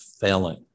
failing